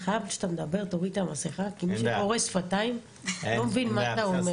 כשאתה מדבר תוריד את המסכה כי מי שקורא שפתיים לא מבין מה אתה אומר,